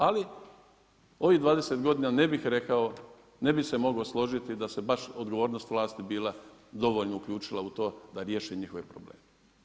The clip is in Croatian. Ali ovih 20 godina ne bih rekao, ne bi se mogao složiti da je baš odgovornost vlasti bila dovoljno uključena u to da riješi njihove probleme.